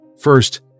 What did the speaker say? First